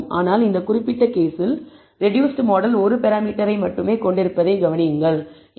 ஆனால் இந்த குறிப்பிட்ட கேஸில் ரெடூஸ்ட் மாடல் 1 பராமீட்டரை மட்டுமே கொண்டிருப்பதைக் கவனியுங்கள் எனவே k 1 ஆகும்